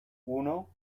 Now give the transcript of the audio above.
uno